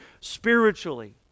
spiritually